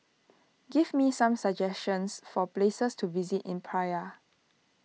give me some suggestions for places to visit in Praia